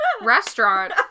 restaurant